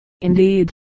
indeed